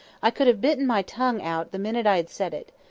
i could have bitten my tongue out the minute i had said it.